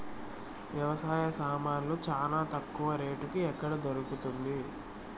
వ్యవసాయ సామాన్లు చానా తక్కువ రేటుకి ఎక్కడ దొరుకుతుంది?